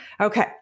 Okay